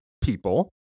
people